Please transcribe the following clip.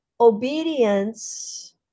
obedience